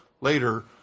later